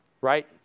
right